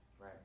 Right